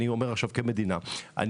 ואני אומר עכשיו כמדינה וביחד,